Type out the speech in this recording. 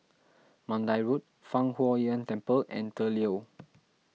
Mandai Road Fang Huo Yuan Temple and the Leo